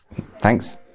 Thanks